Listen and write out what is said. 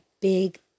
big